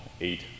eight